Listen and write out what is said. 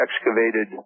excavated